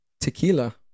Tequila